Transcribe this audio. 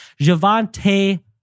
Javante